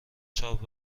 چاپ